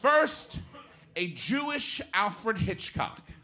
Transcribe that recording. first a jewish alfred hitchcock